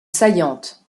saillantes